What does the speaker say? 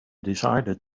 decided